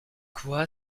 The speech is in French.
quoi